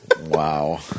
Wow